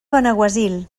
benaguasil